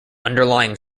underlying